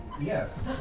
Yes